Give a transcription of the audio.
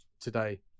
today